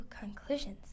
conclusions